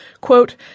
Quote